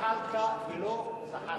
זחאלקָה ולא זחאלקֶה.